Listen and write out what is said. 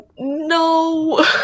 No